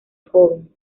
joven